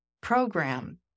program